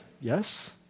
Yes